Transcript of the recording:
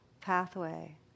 pathway